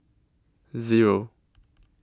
Zero